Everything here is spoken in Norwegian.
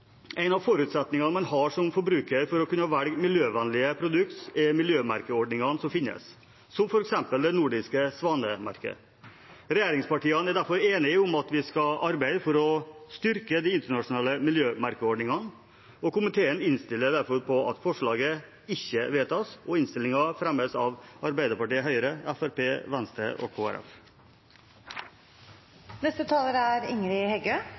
En av forutsetningene man har som forbruker for å kunne velge miljøvennlige produkt, er miljømerkeordningene som finnes, som f.eks. det nordiske Svanemerket. Regjeringspartiene er derfor enige om at vi skal arbeide for å styrke de internasjonale miljømerkeordningene, og komiteen innstiller derfor på at forslaget ikke vedtas. Innstillingen fremmes av Arbeiderpartiet, Høyre, Fremskrittspartiet, Venstre og